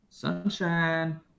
Sunshine